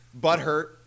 butthurt